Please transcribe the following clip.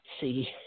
see